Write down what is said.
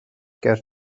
ger